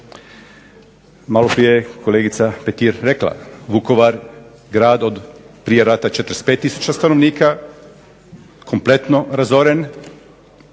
Maloprije je kolegica Petir rekla, Vukovar grad od prije rata 45000 stanovnika, kompletno razoren,